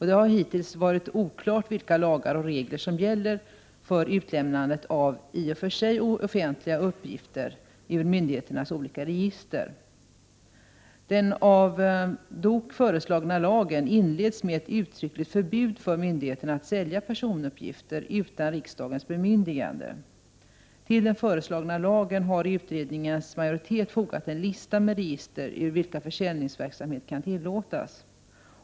Det har hittills varit oklart vilka lagar och regler som gäller för utlämnandet av i och för sig offentliga uppgifter ur myndigheternas olika register. Den av DOK föreslagna lagen inleds med ett uttryckligt förbud för myndigheterna att sälja personuppgifter utan riksdagens bemyndigande. Till den föreslagna lagen har dock utredningens majoritet fogat en lista med register ur vilka försäljningsverksamhet kan tillåtas.